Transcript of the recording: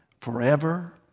Forever